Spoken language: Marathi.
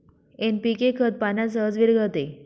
एन.पी.के खत पाण्यात सहज विरघळते